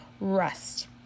rest